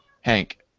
Hank